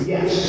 Yes